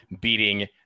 beating